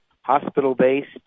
hospital-based